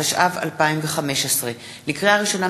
התשע"ו 2015. לקריאה ראשונה,